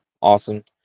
awesome